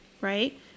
right